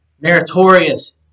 meritorious